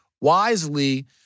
wisely